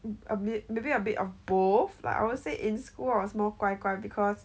a bit maybe a bit of both like I would say in school I was more 乖乖 because